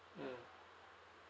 mm